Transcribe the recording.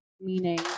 meaning